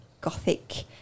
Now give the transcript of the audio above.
gothic